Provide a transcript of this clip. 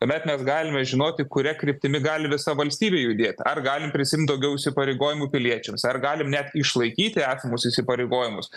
tuomet mes galime žinoti kuria kryptimi gali visa valstybė judėti ar galim prisiimt daugiau įsipareigojimų piliečiams ar galim net išlaikyti esamus įsipareigojimus